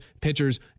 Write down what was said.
pitchers